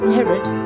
Herod